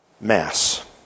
Mass